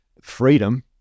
freedom